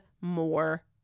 more